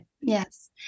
Yes